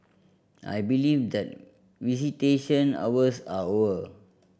I believe that visitation hours are over